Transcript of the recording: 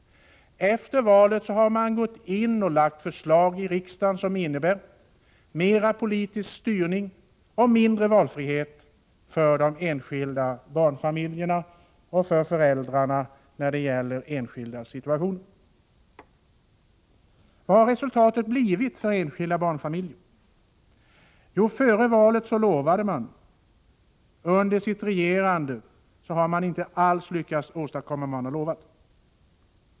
Efter valet har man i riksdagen framlagt förslag, som innebär mer politisk styrning och mindre valfrihet för de enskilda barnfamiljerna. Vad har resultatet blivit för de enskilda barnfamiljerna? Jo, före valet lovade man, men under sitt regerande har man inte alls lyckats åstadkomma vad man lovade.